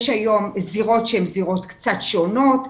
יש היום זירות שהן קצת שונות.